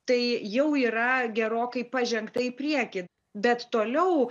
tai jau yra gerokai pažengta į priekį bet toliau